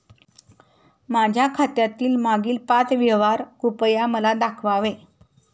माझ्या खात्यातील मागील पाच व्यवहार कृपया मला दाखवावे